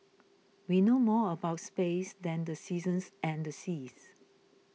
we know more about space than the seasons and the seas